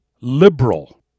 liberal